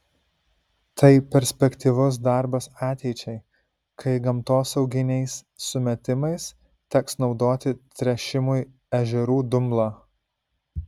tai perspektyvus darbas ateičiai kai gamtosauginiais sumetimais teks naudoti tręšimui ežerų dumblą